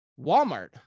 Walmart